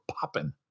popping